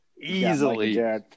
Easily